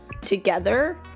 together